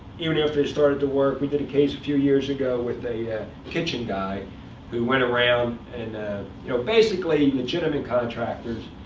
even if they've started to work. we did a case a few years ago with a kitchen guy who went around and you know basically, and legitimate contractors,